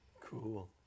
Cool